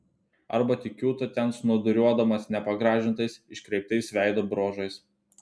arba tik kiūto ten snūduriuodamas nepagražintais iškreiptais veido bruožais